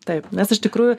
taip nes iš tikrųjų